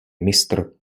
mistr